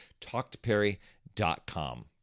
TalkToPerry.com